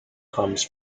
comes